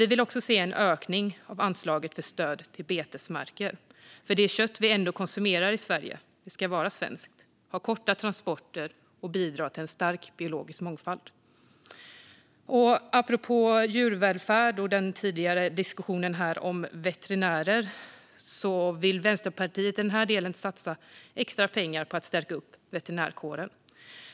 Vi vill också se en ökning av anslaget för stöd till betesmarker. Det kött vi ändå konsumerar i Sverige ska vara svenskt, ha korta transporter och bidra till en stark biologisk mångfald. Apropå djurvälfärd och den tidigare diskussionen här om veterinärer vill Vänsterpartiet i denna del satsa extra pengar på att stärka veterinärkåren.